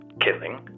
killing